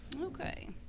Okay